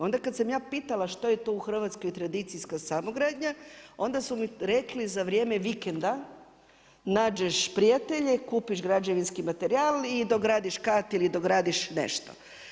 Onda kad sam ja pitala što je to u Hrvatskoj tradicijska samogradnja, onda su mi rekli za vrijeme vikenda, nađeš prijatelje i kupiš građevinski materijal i dogradiš kat ili dogradiš nešto.